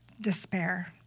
despair